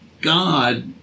God